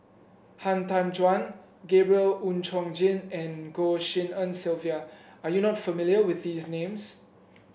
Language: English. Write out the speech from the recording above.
Han Tan Juan Gabriel Oon Chong Jin and Goh Tshin En Sylvia are you not familiar with these names